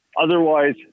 Otherwise